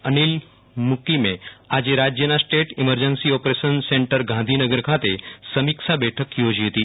અનિલ મૂકીમે આજે રાજ્યના state emergency operation centre Gandhinagar ખાતે સમીક્ષા બેઠક યોજી હતી